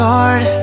Lord